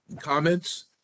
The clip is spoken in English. comments